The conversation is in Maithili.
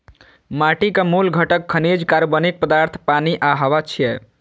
माटिक मूल घटक खनिज, कार्बनिक पदार्थ, पानि आ हवा छियै